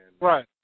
Right